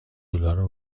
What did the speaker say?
دلار